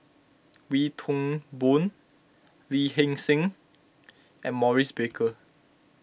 Wee Toon Boon Lee Hee Seng and Maurice Baker